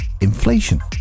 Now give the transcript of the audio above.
inflation